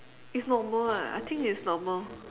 it's normal ah I think it's normal